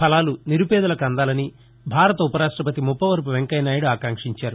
వ లాలు నిరుపేదలకు అందాలని భారత ఉవ రాష్టవతి మువ్పవరవు వెంకయ్యనాయుడు ఆకాంక్షించారు